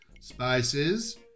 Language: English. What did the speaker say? spices